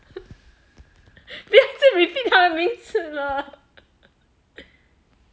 不要一直 repeat 他的名字了